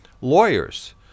lawyers